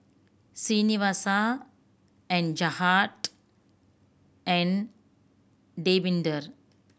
Srinivasa and Jagat and Davinder